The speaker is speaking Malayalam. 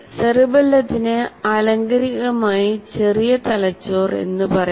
സെറിബെല്ലത്തിനെ ആലങ്കാരികമായി ചെറിയ തലച്ചോർ എന്ന് പറയാം